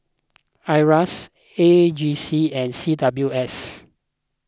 Iras A G C and C W S